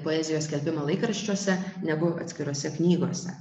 poezijos skelbimą laikraščiuose negu atskirose knygose